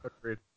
Agreed